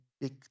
big